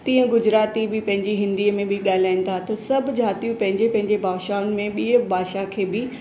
तीअं गुजराती बि पंहिंजी हिंदीअ में बि ॻाल्हाइनि था त सभु जातियूं पंहिंजे पंहिंजे भाषाउनि में ॿी भाषा खे बि